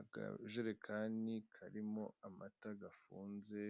Akajerekani karimo amata gafunze